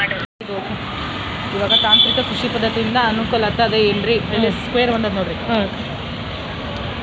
ತಾಂತ್ರಿಕ ಕೃಷಿ ಪದ್ಧತಿಯಿಂದ ಅನುಕೂಲತೆ ಅದ ಏನ್ರಿ?